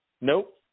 Nope